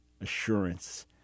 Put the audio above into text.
assurance